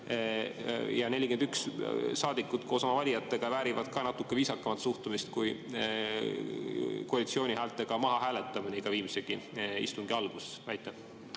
Ja 41 saadikut koos oma valijatega väärivad natuke viisakamat suhtumist kui koalitsiooni häältega mahahääletamine iga istungi alguses.